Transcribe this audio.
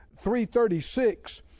336